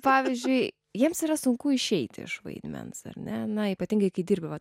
pavyzdžiui jiems yra sunku išeiti iš vaidmens ar ne na ypatingai kai dirbi va